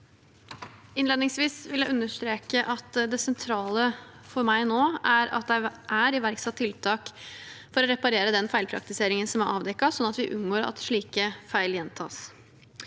Innledningsvis vil jeg understreke at det sentrale for meg nå er at det er iverksatt tiltak for å reparere den feilpraktiseringen som er avdekket, slik at vi unngår at slike feil gjentas.